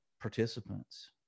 participants